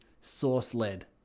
source-led